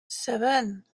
seven